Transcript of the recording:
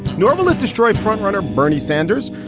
normally destroy frontrunner bernie sanders,